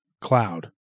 cloud